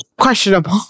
questionable